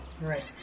right